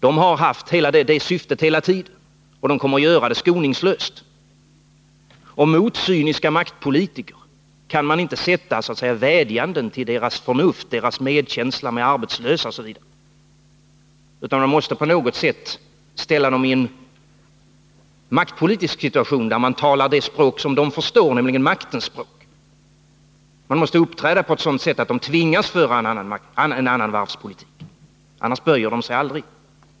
De har haft det syftet hela tiden, och de kommer att göra det skoningslöst. Och mot cyniska maktpolitiker kan man inte sätta vädjanden till deras förnuft, deras medkänsla med arbetslösa osv. Man måste på något sätt ställa dem i en maktpolitisk situation, där man talar det språk de förstår, nämligen maktens språk. Man måste uppträda på ett sådant sätt att de tvingas till en annan varvspolitik, annars böjer de sig aldrig.